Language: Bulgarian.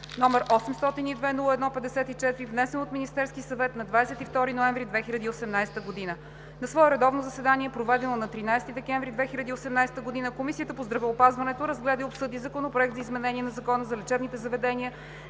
№ 802-01-54, внесен от Министерския съвет на 22 ноември 2018 г. На свое редовно заседание, проведено на 13 декември 2018 г., Комисията по здравеопазването разгледа и обсъди Законопроект за изменение на Закона за лечебните заведения,